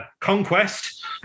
conquest